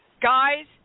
Guys